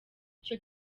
icyo